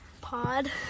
Pod